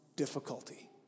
Difficulty